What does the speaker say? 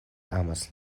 amas